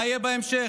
מה יהיה בהמשך,